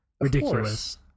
ridiculous